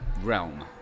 realm